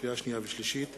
לקריאה שנייה ולקריאה שלישית,